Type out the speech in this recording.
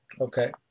Okay